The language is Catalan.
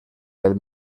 del